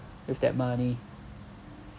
with that money